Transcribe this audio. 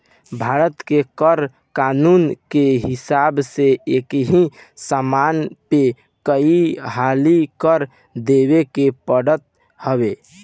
भारत के कर कानून के हिसाब से एकही समान पे कई हाली कर देवे के पड़त हवे